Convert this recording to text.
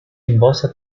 impose